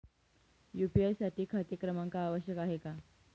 UPI साठी खाते क्रमांक आवश्यक आहे का?